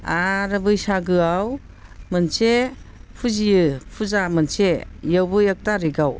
आरो बैसागोआव मोनसे फुजियो फुजा मोनसे बेयावबो एक थारिखआव